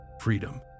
freedom